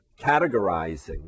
categorizing